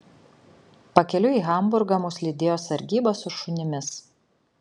pakeliui į hamburgą mus lydėjo sargyba su šunimis